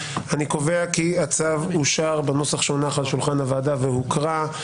הצבעה אושר אני קובע כי הצו אושר בנוסח שהונח על שולחן הוועדה והוקרא.